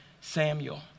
Samuel